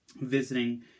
visiting